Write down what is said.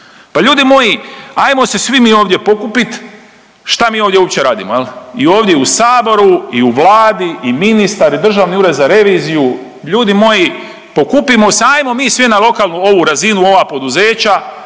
Pa ljudi moji hajmo se svi mi ovdje pokupit, šta mi ovdje uopće radimo i ovdje u Saboru i u Vladi i ministar i Državni ured za reviziju. Ljudi moji pokupimo se, hajmo mi svi na lokalnu ovu razinu, ova poduzeća,